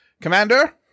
Commander